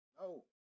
No